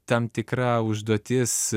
tam tikra užduotis